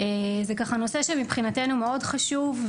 זה ככה נושא שמבחינתנו מאוד חשוב,